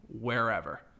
wherever